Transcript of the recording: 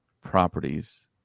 properties